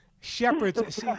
shepherds